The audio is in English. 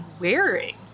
wearing